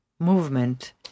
movement